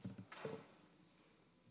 אינה